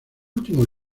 último